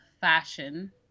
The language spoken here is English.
fashion